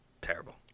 terrible